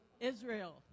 Israel